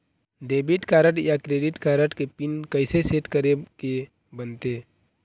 Debit card या credit card के pin कइसे सेट करे के बनते?